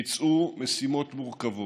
ביצעו משימות מורכבות.